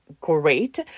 great